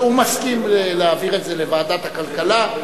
הוא מסכים להעביר את זה לוועדת הכלכלה,